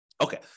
Okay